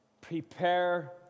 Prepare